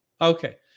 Okay